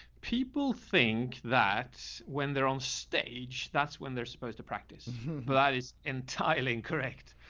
people think that when they're on stage, that's when they're supposed to practice. but that is entirely incorrect.